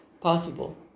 possible